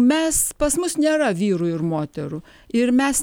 mes pas mus nėra vyrų ir moterų ir mes